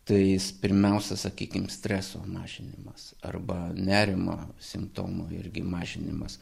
tai pirmiausia sakykim streso mažinimas arba nerimo simptomų irgi mažinimas